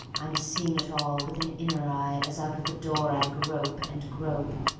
i'm seeing it all with an inner eye as out of the door i grope and grope.